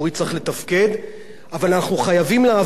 אבל אנחנו חייבים להבין שאנחנו צריכים לשים